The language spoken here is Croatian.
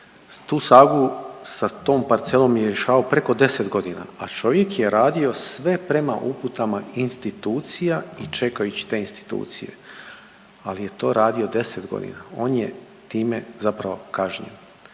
Tu sagu sa tom parcelom je rješavao preko 10 godina, a čovjek je radio sve prema uputama institucija i čekajući te institucije ali je to radio 10 godina. On je time zapravo kažnjen.